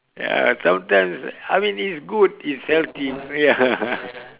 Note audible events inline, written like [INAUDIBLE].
ya sometimes I mean it's good it's healthy ya [LAUGHS]